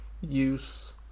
use